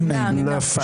הצבעה לא אושרה נפל.